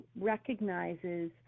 recognizes